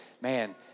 man